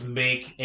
make